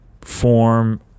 form